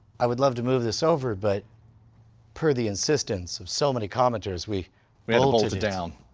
i would love to move this over but per the insistence of so many commenters we we down.